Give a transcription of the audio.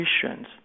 Christians